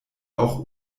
auch